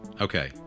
Okay